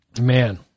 man